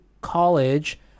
college